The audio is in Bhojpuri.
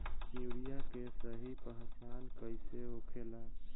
यूरिया के सही पहचान कईसे होखेला?